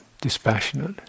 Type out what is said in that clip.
dispassionate